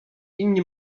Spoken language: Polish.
inni